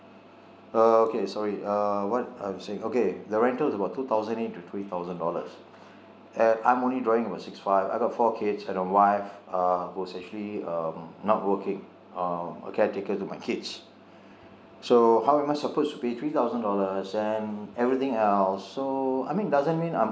uh okay sorry uh what I was saying okay the rental is about two thousand eight to three thousand dollars and I am only drawing about six five I've got four kids and a wife uh who's actually um not working um a caretaker to my kids so how am I supposed to pay three thousand dollars and everything else so I mean doesn't mean I am